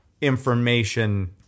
information